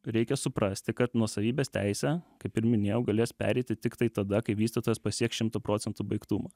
reikia suprasti kad nuosavybės teisė kaip ir minėjau galės pereiti tiktai tada kai vystytojas pasieks šimto procentų baigtumą